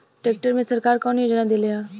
Tractor मे सरकार कवन योजना देले हैं?